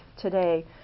today